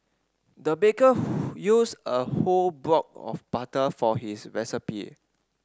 the baker who used a whole block of butter for his recipe